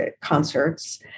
concerts